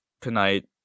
tonight